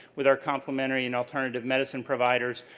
with our complementary and alternative medicine providers.